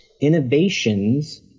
innovations